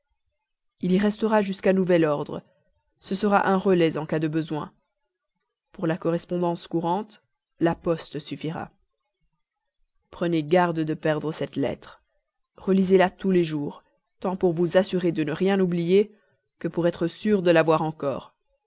il y restera jusqu'à nouvel ordre ce sera un relais en cas de besoin pour la correspondance courante la poste suffira prenez garde de ne pas perdre cette lettre relisez la tous les jours tant pour vous assurer de ne rien oublier que pour être sûr de l'avoir encore